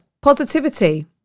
positivity